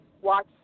watch